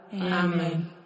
Amen